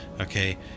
okay